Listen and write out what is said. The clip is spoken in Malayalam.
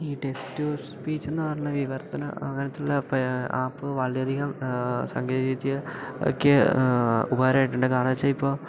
ഈ ടെക്സ്റ്റുസ്പീച്ച് എന്ന് പറഞ്ഞാൽ വിവർത്തനം അങ്ങനെത്തെയുള്ള ആപ്പ് വളരെയധികം സാങ്കേതികവിദ്യ ഉപകാരമായിട്ടുണ്ട് കാരണമെന്നുവെച്ചാൽ ഇപ്പം